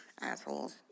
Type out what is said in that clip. Assholes